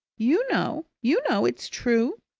you know, you know, it's true!